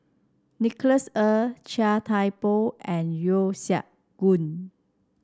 Nicholas Ee Chia Thye Poh and Yeo Siak Goon